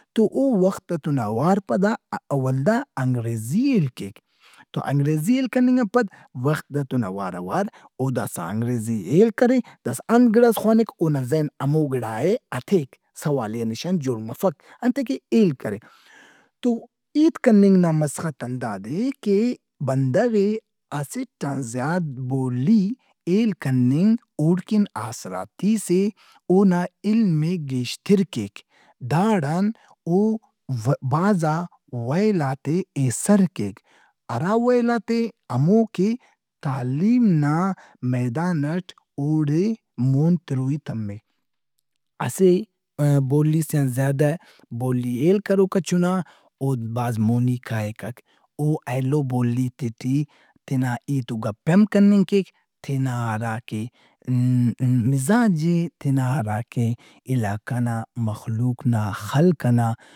تو او وختس ئتُن اوارپدا ولدا انگریزی ہیل کیک تو انگریزی ہیل کننگ ان پد وخت ئتُن اواراواراوداسا انگریزی ہیل کرے داسا انت گڑاس خوانِک اونا ذہن ہمو گِڑائے ہتیک، سوالیہ نشان جوڑمفک انتئے کہ ہیل کرے۔ تو ہیت کننگ نا مسخت ہنداد اے کہ بندغ ئے اسٹ آن زیات بولی ہیل کننگ اوڑکہ آسراتِیس اے اونا علم ئے گیشتر کیک۔ داڑان او بھازا ویلات ئے ایسر کیک۔ ارا ویلات ئے ہمو کہ تعلیم نا میدان ئٹ اوڑے مون تروئی تمّک۔ اسہ بولی سے آن زیادہ بولی ہیل کروکا چُنااود بھاز مونی کائکک۔ او ایلوبولیتے ٹی تینا ہیت وگپ ئے ہم کننگ کیک تینا ہراکہ مزاج ئے، تینا ہراکہ علاقہ نامخلوق نا، خلق ئنا۔